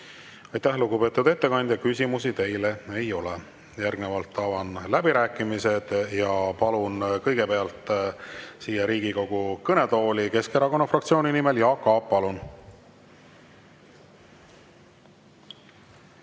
Aitäh, lugupeetud ettekandja! Küsimusi teile ei ole. Järgnevalt avan läbirääkimised ja palun kõigepealt siia Riigikogu kõnetooli Keskerakonna fraktsiooni nimel Jaak Aabi.